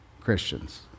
Christians